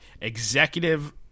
executive